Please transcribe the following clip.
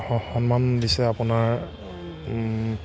অঁ সন্মান দিছে আপোনাৰ